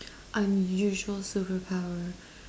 unusual superpower